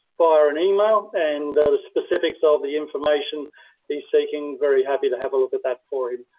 via an email and the specifics of the information he's seeking, very happy to have a look at that for him.